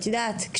את יודעת,